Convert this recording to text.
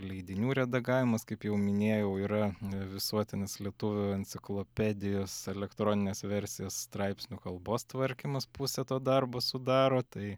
leidinių redagavimas kaip jau minėjau yra visuotinės lietuvių enciklopedijos elektroninės versijos straipsnių kalbos tvarkymas pusę to darbo sudaro tai